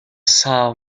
saw